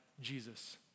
Jesus